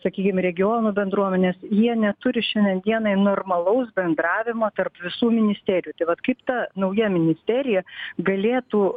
sakykim regionų bendruomenės jie neturi šiandien dienai normalaus bendravimo tarp visų ministerijų tai vat kaip ta nauja ministerija galėtų